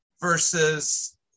Versus